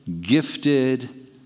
gifted